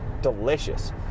delicious